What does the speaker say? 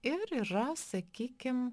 ir yra sakykim